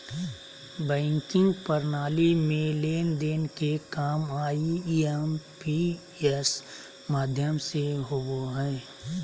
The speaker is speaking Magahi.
बैंकिंग प्रणाली में लेन देन के काम आई.एम.पी.एस माध्यम से होबो हय